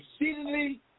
exceedingly